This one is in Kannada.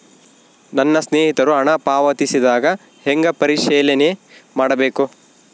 ನನ್ನ ಸ್ನೇಹಿತರು ಹಣ ಪಾವತಿಸಿದಾಗ ಹೆಂಗ ಪರಿಶೇಲನೆ ಮಾಡಬೇಕು?